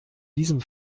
diesem